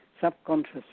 subconscious